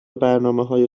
برنامههای